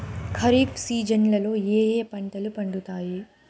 ఖరీఫ్ సీజన్లలో ఏ ఏ పంటలు పండుతాయి